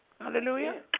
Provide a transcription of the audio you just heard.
Hallelujah